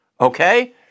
Okay